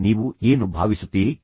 ನೀವು ಅದರ ಬಗ್ಗೆ ಯೋಚಿಸಿದ್ದೀರಾ